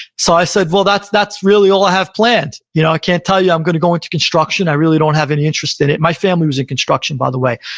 so i said, well, that's that's really all i have planned. you know i can't tell you i'm going to go into construction. i really don't have any interest in it. my family was in construction, by the way.